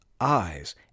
eyes